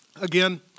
Again